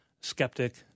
skeptic